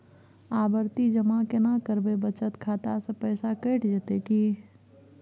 आवर्ति जमा केना करबे बचत खाता से पैसा कैट जेतै की?